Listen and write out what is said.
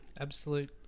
absolute